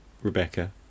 Rebecca